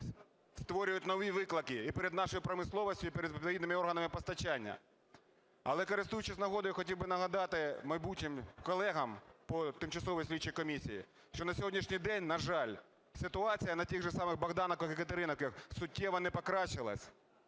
створюють нові виклики і перед нашою промисловістю, і перед відповідними органами постачання. Але, користуючись нагодою я хотів би нагадати майбутнім колегам по тимчасовій слідчій комісії, що на сьогоднішній день, на жаль, ситуація на тих же самих Богданівках і Катеринівках суттєво не покращилась.